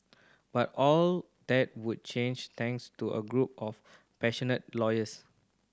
but all that would change thanks to a group of passionate lawyers